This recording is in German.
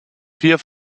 vier